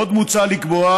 עוד מוצע לקבוע